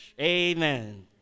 Amen